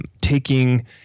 taking